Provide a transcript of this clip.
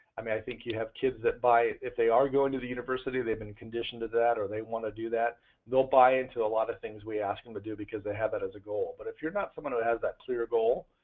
i mean i think you have kids that if they are going to the university, they've been conditioned to that or they want to do that go buy into a lot of things we ask them to do because they have it as a goal. but if you're not someone who has that clear goal,